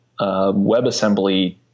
WebAssembly